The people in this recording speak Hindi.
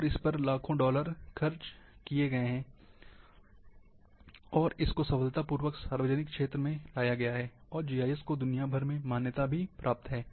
और इस पर लाखों डॉलर खर्च किए गए हैं और इसको सफलतापूर्वक सार्वजनिक क्षेत्र में लाया गया है और जीआईएस को दुनिया भर में मान्यता प्राप्त है